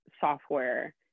software